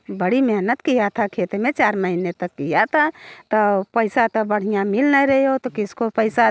बड़ी मेहनत किया था खेत में चार महिने तक किया ता तब पैसा तब बढ़िया मिल नहीं रहा हो तो किसको पैसा